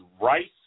Rice